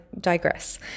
digress